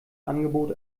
angebot